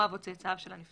הוריו או צאצאיו של הנפטר.